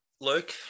Luke